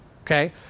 okay